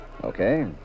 Okay